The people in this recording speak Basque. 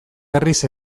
berriz